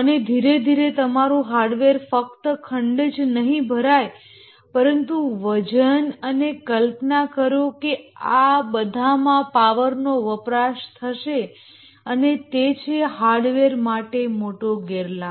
અને ધીરે ધીરે તમારું હાર્ડવેર ફક્ત ખંડ જ નહીં ભરાય પરંતુ વજન અને કલ્પના કરો કે આ બધામાં પાવરનો વપરાશ થશે અને તે છે હાર્ડવેર માટે મોટો ગેરલાભ